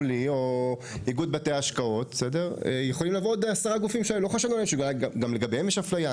לי יכולים לבוא עוד עשרה גופים שלא חשבנו שאולי גם לגביהם יש אפליה.